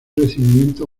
recibimiento